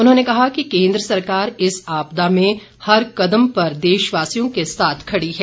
उन्होंने कहा कि केन्द्र सरकार इस आपदा में हर कदम पर देशवासियों के साथ खड़ी है